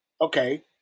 okay